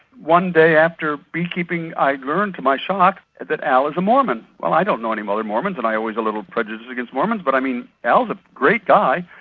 one day after beekeeping i learn to my shock that al is a mormon. well, i don't know any other mormons, and i'm always a little prejudiced against mormons, but i mean, al's a great guy.